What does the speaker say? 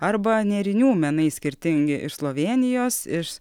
arba nėrinių menai skirtingi iš slovėnijos iš